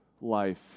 life